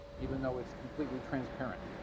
even though it's completely transparent.